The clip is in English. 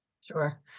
sure